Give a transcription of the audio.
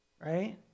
Right